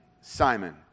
Simon